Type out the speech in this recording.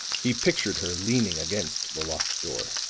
he pictured her leaning against the locked door,